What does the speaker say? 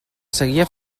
seguia